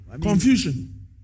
confusion